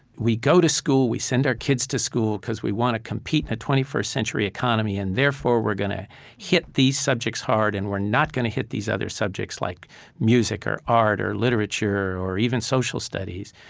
we go to school, we send our kids to school, because we want to compete in a twenty first century economy and therefore, we're going to hit these subjects hard and we're not going to hit these other subjects like music or art or literature or even social studies.